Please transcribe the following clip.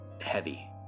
heavy